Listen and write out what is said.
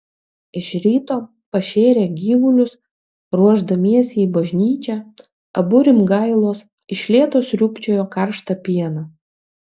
iš ryto pašėrę gyvulius ruošdamiesi į bažnyčią abu rimgailos iš lėto sriūbčiojo karštą pieną